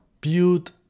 build